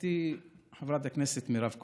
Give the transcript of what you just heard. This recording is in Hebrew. גברתי חברת הכנסת מירב כהן,